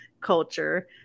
culture